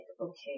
okay